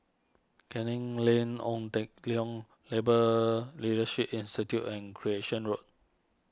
Canning Lane Ong Teng Liang Labour Leadership Institute and Recreation Road